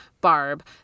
Barb